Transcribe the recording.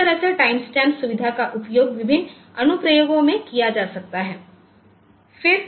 तो इस तरह से टाइमस्टैम्प सुविधा का उपयोग विभिन्न अनुप्रयोगों में किया जा सकता है